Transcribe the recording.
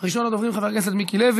להמשך דיון בוועדת העבודה,